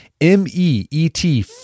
M-E-E-T